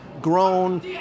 grown